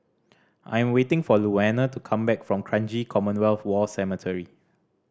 I am waiting for Louanna to come back from Kranji Commonwealth War Cemetery